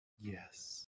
yes